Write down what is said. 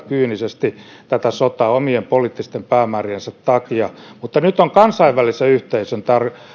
kyynisesti tätä sotaa omien poliittisten päämääriensä takia mutta nyt on kansainvälisen yhteisön